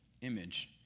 image